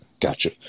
Gotcha